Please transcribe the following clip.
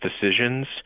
decisions